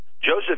Joseph